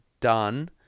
done